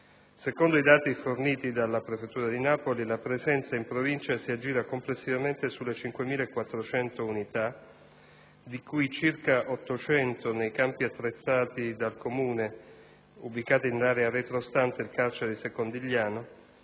Secondo i dati forniti dalla prefettura di Napoli, la presenza in provincia si aggira complessivamente sulle 5.400 unità, di cui circa 800 nei campi attrezzati dal Comune ubicati nell'area retrostante il carcere di Secondigliano